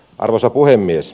arvoisa puhemies